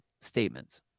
statements